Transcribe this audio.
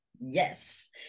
Yes